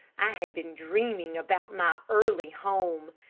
i had been dreaming about my early home.